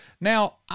Now